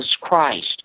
Christ